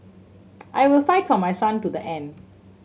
I will fight for my son to the end